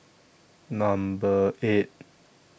Number eight